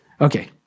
Okay